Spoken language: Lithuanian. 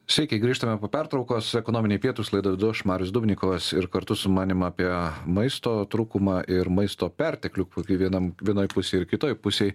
sykį grįžtame po pertraukos ekonominiai pietūs laidą vedu aš marius dubnikovas ir kartu su manim apie maisto trūkumą ir maisto perteklių puikiai vienoj pusėj ir kitoj pusėj